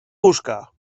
łóżka